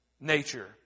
nature